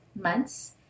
months